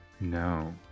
No